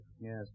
Yes